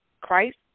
Christ